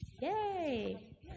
yay